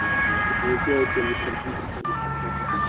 ಯಾರ ಎಲ್ಲ ಉಳ್ಚೆ ಚಕ್ ಮಾಡೇ